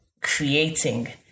creating